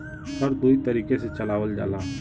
हर दुई तरीके से चलावल जाला